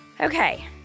Okay